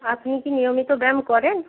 আপনি কি নিয়মিত ব্যায়াম করেন